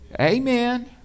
Amen